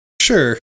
Sure